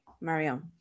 Marion